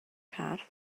car